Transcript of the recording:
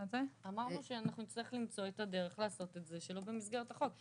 אמרנו שנצטרך למצוא את הדרך לעשות את זה שלא במסגרת החוק.